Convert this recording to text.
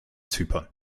zypern